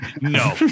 No